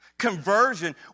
Conversion